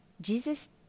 Jesus